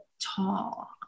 tall